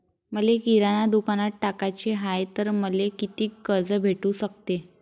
मले किराणा दुकानात टाकाचे हाय तर मले कितीक कर्ज भेटू सकते?